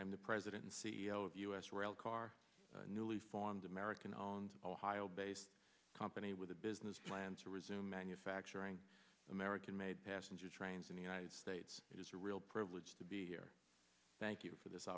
i'm the president and c e o of u s rail car newly formed american owned a while based company with a business plan to resume manufacturing american made passenger trains in the united states it is a real privilege to be here thank you for this